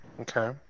Okay